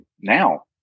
now